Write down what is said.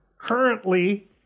currently